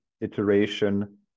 iteration